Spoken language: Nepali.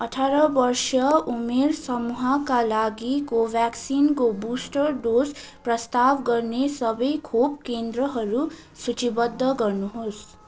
अठार वर्ष उमेर समूहका लागि कोभ्याक्सिनको बुस्टर डोज प्रस्ताव गर्ने सबै खोप केन्द्रहरू सूचीबद्ध गर्नु होस्